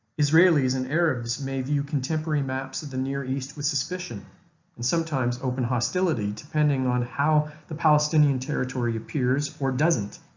israelis and arabs may view contemporary maps of the near east with suspicion and sometimes open hostility depending on how the palestinian territory appears or doesn't,